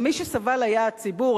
ומי שסבל היה הציבור.